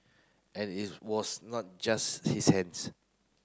and it was not just his hands